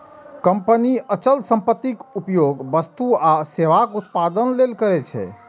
company अचल संपत्तिक उपयोग वस्तु आ सेवाक उत्पादन लेल करै छै